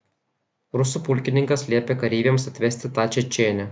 rusų pulkininkas liepė kareiviams atvesti tą čečėnę